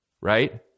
Right